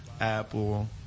Apple